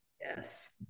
Yes